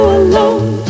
alone